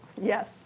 yes